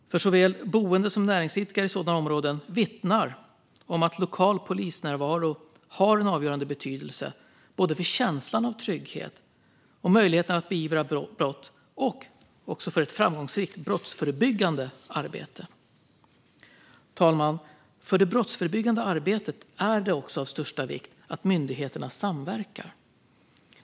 Såväl boende som näringsidkare i sådana områden vittnar om att lokal polisnärvaro har en avgörande betydelse både för känslan av trygghet och möjligheterna att beivra brott och för ett framgångsrikt brottsförebyggande arbete. Fru talman! För det brottsförebyggande arbetet är det också av största vikt att myndigheterna samverkar.